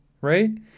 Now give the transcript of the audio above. right